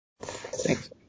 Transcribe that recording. Thanks